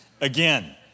again